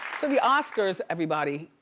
so the oscars, everybody,